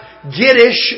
Giddish